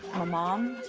i'm a mom.